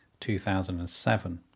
2007